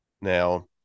Now